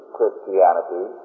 Christianity